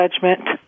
judgment